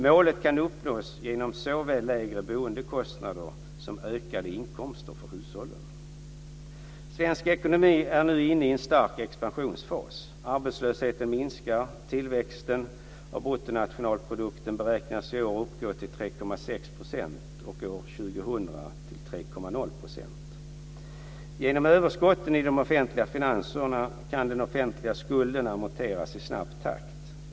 Målet kan uppnås genom såväl lägre boendekostnader som ökade inkomster för hushållen. Svensk ekonomi är nu inne i en stark expansionsfas. Arbetslösheten minskar. Tillväxten av bruttonationalprodukten beräknas i år uppgå till 3,6 % och år 2000 till 3,0 %. Genom överskotten i de offentliga finanserna kan den offentliga skulden amorteras i snabb takt.